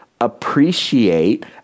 appreciate